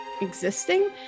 existing